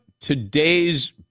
today's